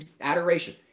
Adoration